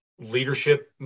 leadership